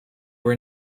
were